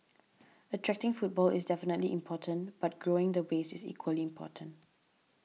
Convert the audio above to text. attracting footfall is definitely important but growing the base is equally important